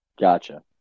Gotcha